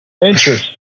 Interest